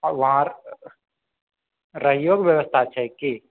आ वहाँ रहियो के व्यवस्था छै की